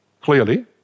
clearly